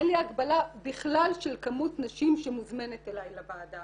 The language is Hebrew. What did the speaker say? אין לי הגבלה בכלל של כמות נשים שמוזמנת אליי לוועדה.